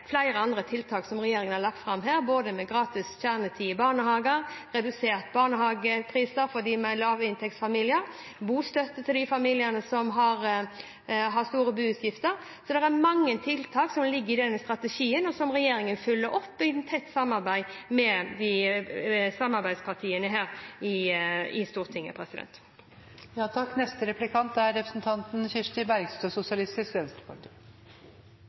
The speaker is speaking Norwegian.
flere andre tiltak som regjeringen har lagt fram, både gratis kjernetid i barnehagen, reduserte barnehagepriser for lavinntektsfamilier og bostøtte til de familiene som har store boutgifter. Så det er mange tiltak som ligger i denne strategien, og som regjeringen følger opp i tett samarbeid med samarbeidspartiene her i Stortinget. Stortingsrepresentant Horne uttalte for noen få år siden at det var en skam at ikke barnetrygden ble prisjustert av den rød-grønne regjeringen. Er